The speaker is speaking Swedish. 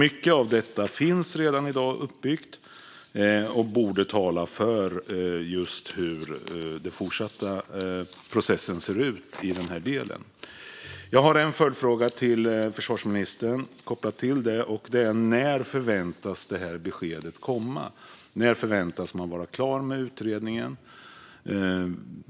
Mycket av detta finns alltså uppbyggt redan i dag, vilket borde inverka på hur den fortsatta processen kommer att se ut. Jag har en följdfråga till försvarsministern kopplat till detta: När förväntas det här beskedet komma? När förväntas man vara klar med utredningen?